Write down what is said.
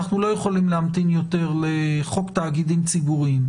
אנחנו לא יכולים להמתין יותר לחוק תאגידים ציבוריים,